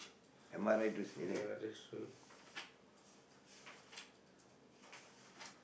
am I right to say that